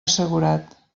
assegurat